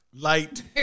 Light